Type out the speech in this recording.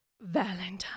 Valentine